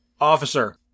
officer